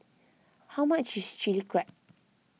how much is Chili Crab